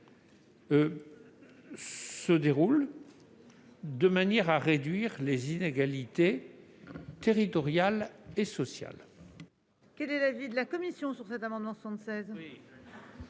appliquée de manière à réduire les inégalités territoriales et sociales.